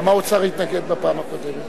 למה האוצר התנגד בפעם הקודמת?